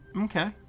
okay